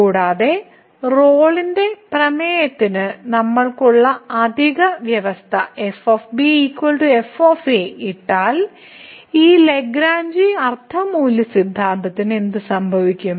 കൂടാതെ റോളിന്റെ പ്രമേയത്തിന് നമ്മൾക്കുള്ള അധിക വ്യവസ്ഥ f f ഇട്ടാൽ ഈ ലഗ്രാഞ്ചി അർത്ഥ മൂല്യ സിദ്ധാന്തത്തിന് എന്ത് സംഭവിക്കും